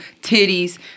titties